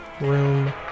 room